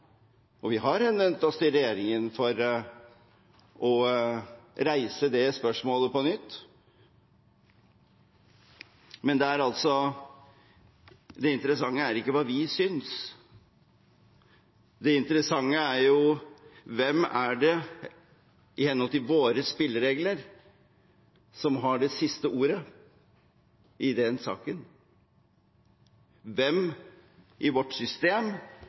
og vi har henvendt oss til regjeringen for å reise det spørsmålet på nytt. Men det interessante er ikke hva vi synes, det interessante er: Hvem er det som i henhold til våre spilleregler har det siste ordet i denne saken? Hvem i vårt system